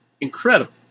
incredible